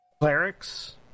clerics